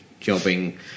jobbing